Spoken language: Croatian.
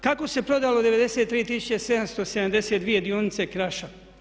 Kako se prodalo 93 tisuće 772 dionice Kraša?